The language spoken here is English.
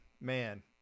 man